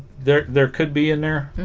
there there could be in there